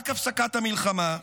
רק הפסקת המלחמה,